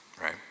right